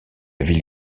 ville